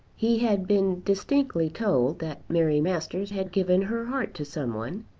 he had been distinctly told that mary masters had given her heart to some one,